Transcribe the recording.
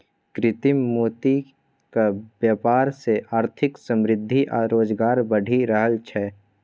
कृत्रिम मोतीक बेपार सँ आर्थिक समृद्धि आ रोजगार बढ़ि रहल छै